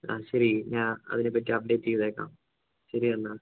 ആ ശരി ഞാൻ അതിനെപ്പറ്റി അപ്ഡേറ്റ് ചെയ്തേക്കാം ശരി എന്നാൽ